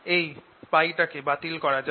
এই π টাকে বাতিল করা যাক